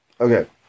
Okay